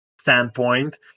standpoint